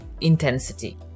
intensity